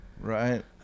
right